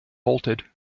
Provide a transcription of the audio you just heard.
bolted